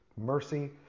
Mercy